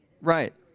Right